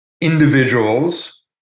individuals